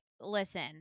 listen